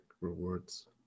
rewards